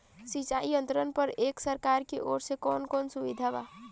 सिंचाई यंत्रन पर एक सरकार की ओर से कवन कवन सुविधा बा?